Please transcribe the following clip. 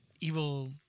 evil